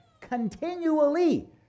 continually